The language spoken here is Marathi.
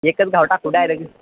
एकच घाव टाकू डायरेक